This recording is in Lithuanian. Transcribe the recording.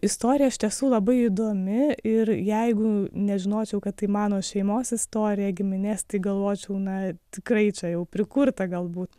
istorija iš tiesų labai įdomi ir jeigu nežinočiau kad tai mano šeimos istorija giminės tai galvočiau na tikrai čia jau prikurta galbūt